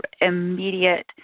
immediate